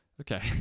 okay